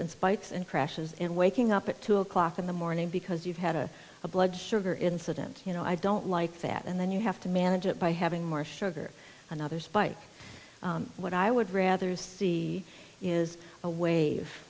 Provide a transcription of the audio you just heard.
spikes and crashes and waking up at two o'clock in the morning because you've had a blood sugar incident you know i don't like that and then you have to manage it by having more sugar another spike what i would rather see is a wave